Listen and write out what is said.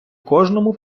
кожному